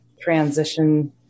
transition